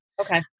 Okay